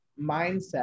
mindset